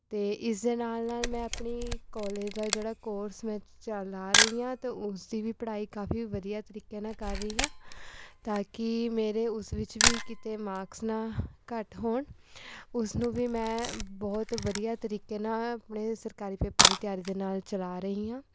ice ਦੇ ਨਾਲ ਨਾਲ ਮੈਂ ਆਪਣੀ ਕੋਲਜ ਦਾ ਜਿਹੜਾ ਕੋਰਸ ਮੈਂ ਚਲਾ ਰਹੀ ਹਾਂ ਤਾਂ ਉਸ ਦੀ ਵੀ ਪੜ੍ਹਾਈ ਵੀ ਕਾਫੀ ਵਧੀਆ ਤਰੀਕੇ ਨਾਲ ਕਰ ਰਹੀ ਹਾਂ ਤਾਂ ਕਿ ਮੇਰੇ ਉਸ ਵਿੱਚ ਵੀ ਕਿਤੇ ਮਾਕਸ ਨਾ ਘੱਟ ਹੋਣ ਉਸਨੂੰ ਵੀ ਮੈਂ ਬਹੁਤ ਵਧੀਆ ਤਰੀਕੇ ਨਾਲ ਆਪਣੇ ਸਰਕਾਰੀ ਪੇਪਰ ਦੀ ਤਿਆਰੀ ਦੇ ਨਾਲ ਚਲਾ ਰਹੀ ਹਾਂ